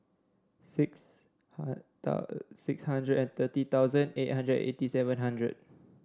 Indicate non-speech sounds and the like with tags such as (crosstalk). six (unintelligible) six hundred and thirty thousand eight hundred eighty seven hundred